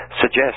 suggest